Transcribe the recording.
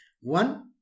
One